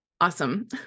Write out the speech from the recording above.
awesome